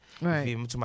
Right